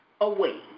away